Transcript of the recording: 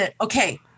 okay